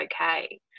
okay